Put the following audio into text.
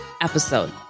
episode